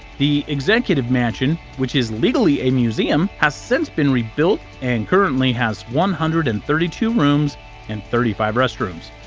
the executive mansion, which is legally a museum, has since been rebuilt and currently has one hundred and thirty two rooms and thirty five rest rooms.